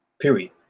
Period